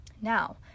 Now